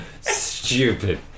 stupid